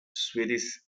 swedish